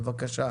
בבקשה.